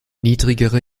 niedrigere